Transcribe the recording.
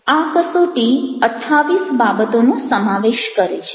આ કસોટી 28 બાબતોનો સમાવેશ કરે છે